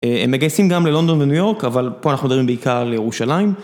הם מגייסים גם ללונדון וניו יורק, אבל פה אנחנו מדברים בעיקר על ירושלים.